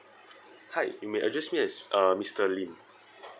hi you may address me as uh mister lim